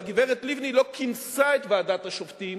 והגברת לבני לא כינסה את הוועדה לבחירת שופטים